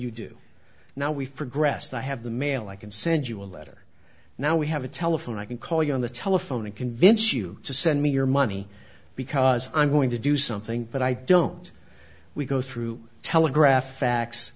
you do now we've progressed i have the mail i can send you a letter now we have a telephone i can call you on the telephone and convince you to send me your money because i'm going to do something but i don't we go through telegraph fa